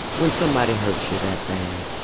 when somebody hurts you that bad,